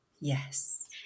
Yes